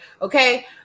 okay